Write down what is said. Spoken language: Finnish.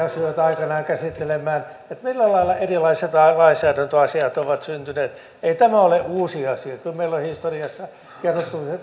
asioita aikanaan käsittelemään millä lailla erilaiset lainsäädäntöasiat ovat syntyneet ei tämä ole uusi asia kyllä meillä on historiassa kerrottu